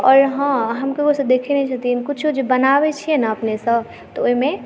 आओर हॅं हम ककरोसँ देखै नहि छथिन कुछो जे बनाबै छियै ने अपनेसँ तऽ ओहिमे